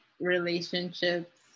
relationships